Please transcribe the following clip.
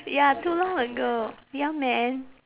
ya too long ago ya man